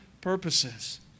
purposes